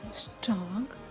strong